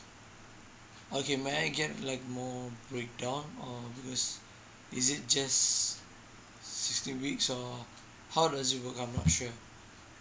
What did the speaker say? okay may I get like more breakdown or because is it just sixteen weeks or how does it work I'm not sure